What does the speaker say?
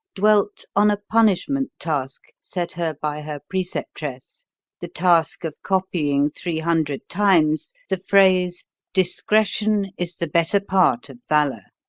dwelt on a punishment task set her by her preceptress the task of copying three hundred times the phrase discretion is the better part of valour.